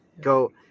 Go